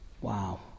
Wow